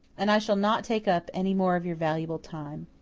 and i shall not take up any more of your valuable time.